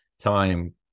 time